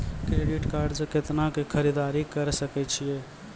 Credit card से कितना के खरीददारी करे सकय छियै?